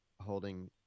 holding